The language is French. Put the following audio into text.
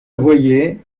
voyez